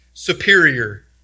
Superior